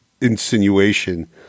insinuation